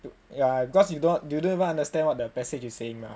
ya cause you don't you don't even understand what the passage is saying mah